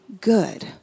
good